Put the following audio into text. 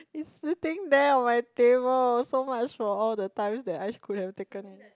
it's sitting there on my table so much for all the times that I could have taken